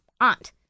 aunt